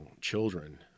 children